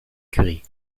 curie